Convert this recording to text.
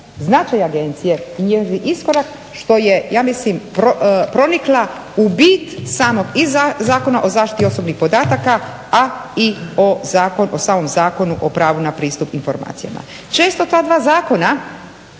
značaj Agencije, njezin iskorak što je ja mislim pronikla u bit samog i Zakona o zaštiti osobnih podataka, a i o samom Zakonu o pravu na pristup informacijama. Često ta dva zakona